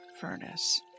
furnace